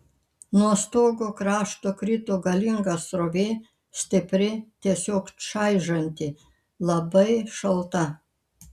nuo stogo krašto krito galinga srovė stipri tiesiog čaižanti labai šalta